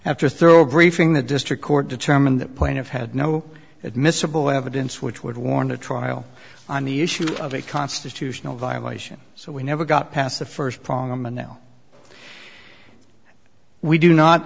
after a thorough briefing the district court determined that point of had no admissible evidence which would warrant a trial on the issue of a constitutional violation so we never got past the first problem and now we do not